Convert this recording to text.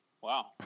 Wow